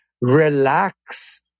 relax